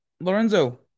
Lorenzo